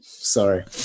Sorry